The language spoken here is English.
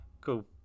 Cool